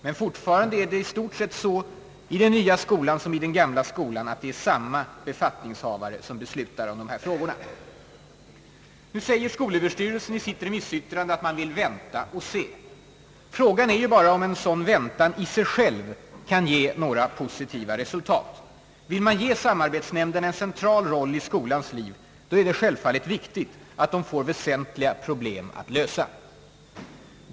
Men fortfarande är det i den nya skolan i stort sett så att det är samma befattningshavare som beslutar om dessa frågor som i den gamla skolan. Nu säger skolöverstyrelsen i sitt remissyttrande att man vill vänta och se. Frågan är bara om en sådan väntan i sig själv kan ge några positiva resultat. Vill man ge samarbetsnämnderna en central roll i skolans liv är det självfallet viktigt att de får väsentliga problem att lösa.